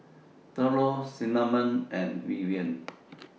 Thurlow Cinnamon and Vivian